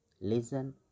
listen